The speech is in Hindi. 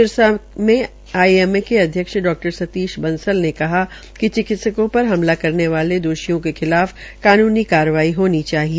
सिरसा में आईएमए के अध्यक्ष डा सतीश बंसल ने कहा कि चिकित्सकेां पर हमला करने वाले दोषियों के खिलाफ कानूनी कार्रवाई होनी चाहिए